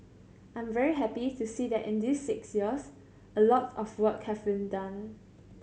I'm very happy to see that in these six years a lot of work have been done